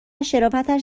شرافتش